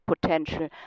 potential